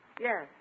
Yes